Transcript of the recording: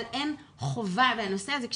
אבל אין חובה והנושא הזה,